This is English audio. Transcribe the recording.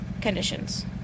conditions